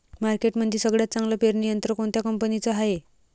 मार्केटमंदी सगळ्यात चांगलं पेरणी यंत्र कोनत्या कंपनीचं हाये?